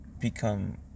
become